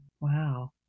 Wow